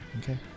Okay